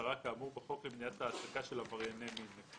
משטרה כאמור בחוק למניעת העסקה של עברייני מין.